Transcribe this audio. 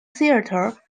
theatre